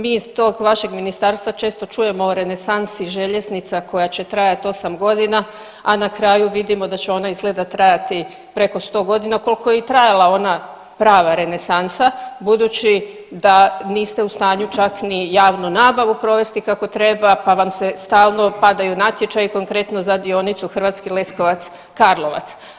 Mi iz tog vašeg ministarstva često čujemo o renesansi željeznica koja će trajat osam godina, a na kraju vidimo da će ona izgleda trajati preko 100 godina koliko je i trajala ona prava renesansa, budući da niste u stanju čak ni javnu nabavu provesti kako treba pa vam stalno padaju natječaji, konkretno za dionicu Hrvatski Leskovac-Karlovac.